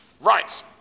Right